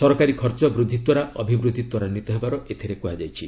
ସରକାରୀ ଖର୍ଚ୍ଚ ବୃଦ୍ଧିଦ୍ୱାରା ଅଭିବୃଦ୍ଧି ତ୍ୱରାନ୍ୱିତ ହେବାର ଏଥିରେ କୁହାଯାଇଛି